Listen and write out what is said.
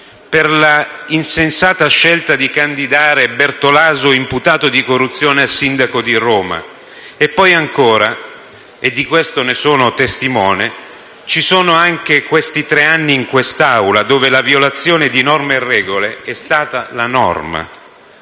per l'insensata scelta di candidare Bertolaso, imputato di corruzione, a sindaco di Roma. E poi ancora - di questo ne sono testimone - ci sono anche i tre anni in quest'Aula, dove la violazione di norme e regole è stata la norma.